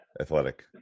Athletic